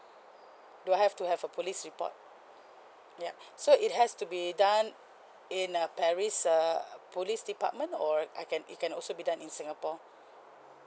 do I have to have a police report yup so it has to be done in uh paris err police department or I can it can also be done in singapore